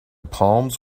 palms